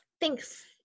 thanks